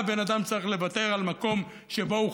למה בן אדם צריך לוותר על מקום שבו הוא